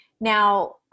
Now